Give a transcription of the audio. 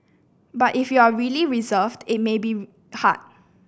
but if you are really reserved it may be hard